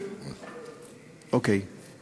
אוקיי.